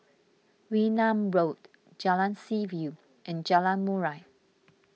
Wee Nam Road Jalan Seaview and Jalan Murai